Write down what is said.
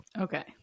Okay